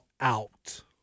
out